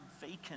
vacant